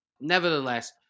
Nevertheless